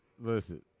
listen